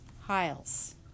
Hiles